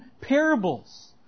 parables